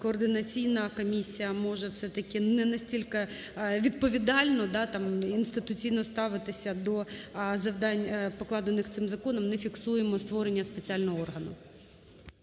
Координаційна комісія може все-таки не настільки відповідально, інституційно ставитися до завдань, покладених цим законом, не фіксуємо створення спеціального органу.